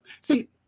See